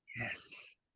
yes